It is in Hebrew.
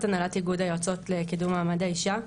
הנהלת איגוד היועצות לקידום מעמד האישה.